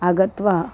आगत्वा